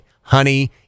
honey